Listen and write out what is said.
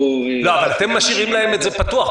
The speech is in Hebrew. לא, אתם משאירים להם את זה פתוח.